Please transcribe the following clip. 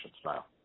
style